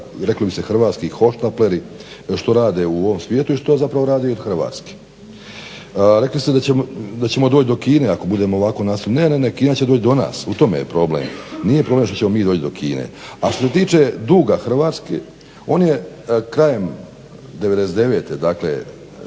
reklo bi se hrvatski hohštapleri što rade u ovom svijetu i što zapravo rade i od Hrvatske. Rekli ste da ćemo doći do Kine ako budemo ovako nastavili. Ne, ne Kina će doći do nas u tome je problem. nije problem što ćemo mi doći do Kine. A što se tiče duga Hrvatske, on je krajem '99.dakle